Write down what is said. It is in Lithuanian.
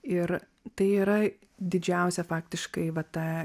ir tai yra didžiausia faktiškai va ta